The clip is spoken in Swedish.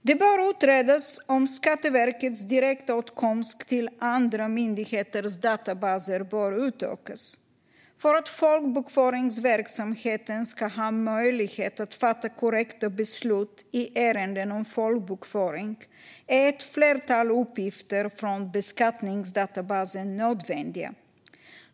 Det bör utredas om Skatteverkets direktåtkomst till andra myndigheters databaser bör utökas. För att folkbokföringsverksamheten ska ha möjlighet att fatta korrekta beslut i ärenden om folkbokföring är ett flertal uppgifter från beskattningsdatabasen nödvändiga.